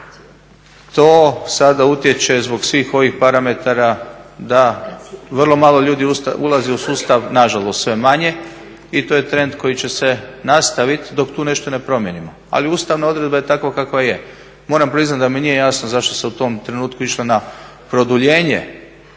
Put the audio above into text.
to sada utječe zbog svih ovih parametara da vrlo malo ljudi ulazi u sustav, nažalost sve manje i to je trend koji će se nastaviti dok tu nešto ne promijenimo. Ali ustavna odredba je takva kakva je. Moram priznati da mi nije jasno zašto se u tom trenutku išlo na produljenje